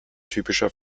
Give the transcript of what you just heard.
typischer